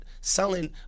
selling